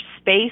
space